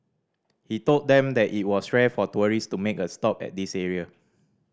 he told them that it was rare for tourist to make a stop at this area